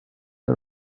are